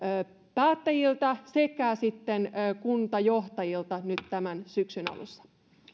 päättäjiltä sekä sitten kuntajohtajilta nyt tämän syksyn alussa